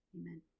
Amen